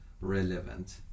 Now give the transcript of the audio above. relevant